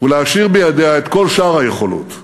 ולהשאיר בידיה את כל שאר היכולות?